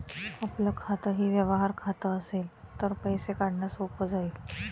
आपलं खातंही व्यवहार खातं असेल तर पैसे काढणं सोपं जाईल